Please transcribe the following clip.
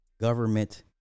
government